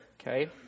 Okay